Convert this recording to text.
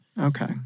Okay